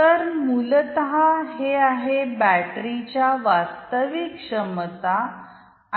तर मूलतः हे आहे बॅटरीच्यावास्तविक क्षमता